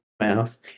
mouth